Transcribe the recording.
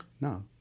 No